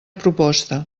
proposta